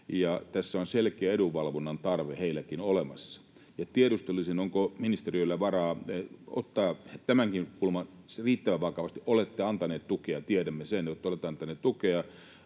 tässä on selkeä edunvalvonnan tarve heilläkin olemassa. Tiedustelisin: Onko ministeriöllä varaa ottaa tämäkin kulma riittävän vakavasti? Olette antaneet tukea, tiedämme sen, että olette antaneet tukea,